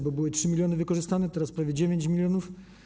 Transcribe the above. Były 3 mln wykorzystane, teraz prawie 9 mln.